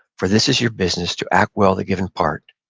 for this is your business, to act well the given part,